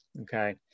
okay